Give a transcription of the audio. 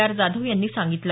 R Jadhav यांनी सांगितलं